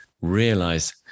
realize